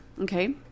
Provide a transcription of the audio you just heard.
okay